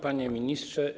Panie Ministrze!